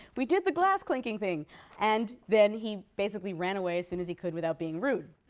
we did the glass-clinking thing and then he basically ran away as soon as he could without being rude.